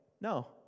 no